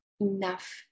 enough